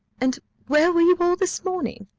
and where were you all this morning?